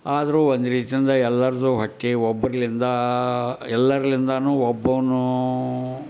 ಆದರೂ ಒಂದು ರೀತಿಯಿಂದ ಎಲ್ಲರದ್ದೂ ಹೊಟ್ಟೆ ಒಬ್ಬರಿಂದ ಎಲ್ಲರಿಂದಲೂ ಒಬ್ಬನು